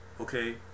okay